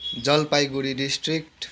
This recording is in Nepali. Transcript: जलपाइगढी डिस्ट्रिक्ट